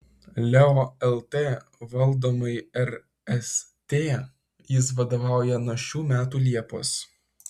leo lt valdomai rst jis vadovauja nuo šių metų liepos